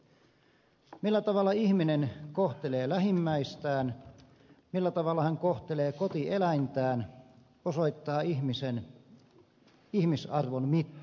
se millä tavalla ihminen kohtelee lähimmäistään millä tavalla hän kohtelee kotieläintään osoittaa ihmisen ihmisarvon mittaa